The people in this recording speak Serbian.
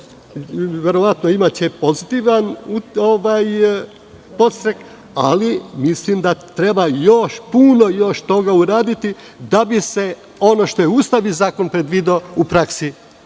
verovatno će imati pozitivan podstrek, ali mislim da treba još puno toga uraditi da bi se, ono što je Ustavni zakon predvideo, u praksi